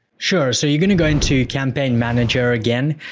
sure, so you're going to go into campaign manager again,